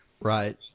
Right